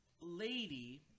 lady